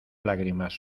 lágrimas